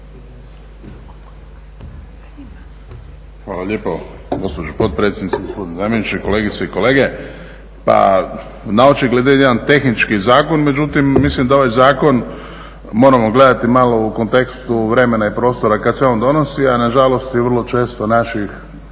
Hvala lijepo gospođo potpredsjednice, gospodine zamjeniče, kolegice i kolege. Pa naočigled je jedan tehnički zakon, međutim mislim da ovaj zakon moramo gledati malo u kontekstu vremena i prostora kad se on donosi, a nažalost i vrlo često našim